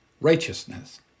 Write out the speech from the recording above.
righteousness